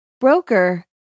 Broker